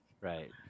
Right